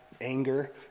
anger